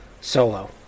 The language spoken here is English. solo